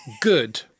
good